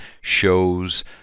shows